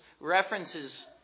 references